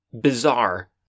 bizarre